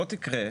לא תקרה,